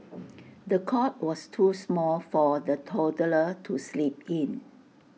the cot was too small for the toddler to sleep in